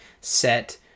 set